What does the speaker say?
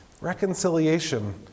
Reconciliation